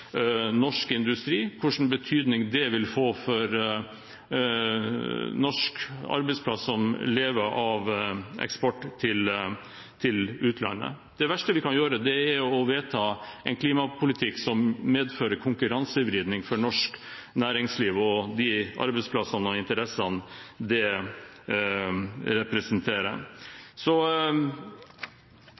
norsk industri, hvilken betydning det vil få for norske arbeidsplasser som lever av eksport til utlandet. Det verste vi kan gjøre, er å vedta en klimapolitikk som medfører konkurransevridning for norsk næringsliv og de arbeidsplassene og interessene det representerer.